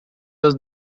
does